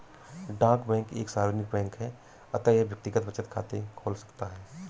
डाक बैंक एक सार्वजनिक बैंक है अतः यह व्यक्तिगत बचत खाते खोल सकता है